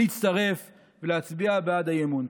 להצטרף ולהצביע בעד האי-אמון.